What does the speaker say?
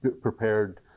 prepared